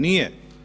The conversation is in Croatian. Nije.